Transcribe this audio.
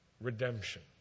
redemption